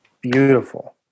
beautiful